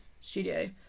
studio